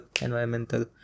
environmental